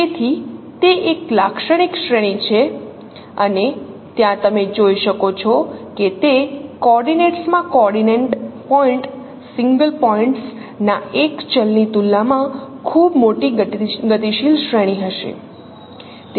તેથી તે એક લાક્ષણિક શ્રેણી છે અને ત્યાં તમે જોઈ શકો છો કે તે કોઓર્ડિનેટ્સ માં કોઓર્ડિનેન્ટ પોઇન્ટ્સ સિંગલ પોઇન્ટ્સ ના એક ચલની તુલનામાં ખૂબ મોટી ગતિશીલ શ્રેણી હશે